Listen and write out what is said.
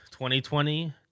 2020